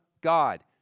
God